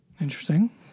Interesting